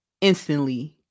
instantly